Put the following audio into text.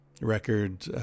record